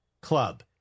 club